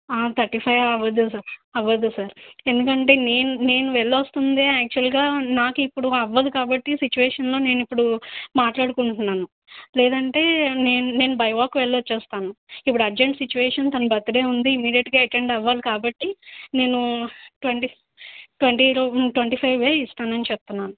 thirty five అవ్వదు sir అవ్వదు sir ఎందుకంటే నేన్ నేను వెళ్ళొస్తుందే ఆక్చువల్గా నాకు ఇప్పుడు అవ్వదు కాబట్టి సిచువేషన్లో నేను ఇప్పుడు మాట్లాడుకుంటున్నాను లేదంటే నేన్ నేను బై వాక్ వెళ్ళొచ్చేస్తాను ఇప్పుడు అర్జెంట్ సిచువేషన్ తన బర్తడే ఉంది ఇమీడియట్గా అటెండ్ అవ్వాలి కాబట్టి నేను ట్వెంటీ ట్వెంటీ రూ ట్వెంటీ ఫైవే ఇస్తానని చెప్తున్నాను